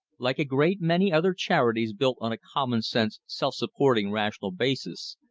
like a great many other charities built on a common-sense self-supporting rational basis,